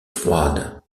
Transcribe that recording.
froide